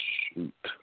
Shoot